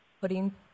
putting